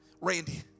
Randy